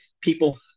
people